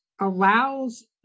allows